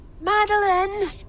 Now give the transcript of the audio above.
Madeline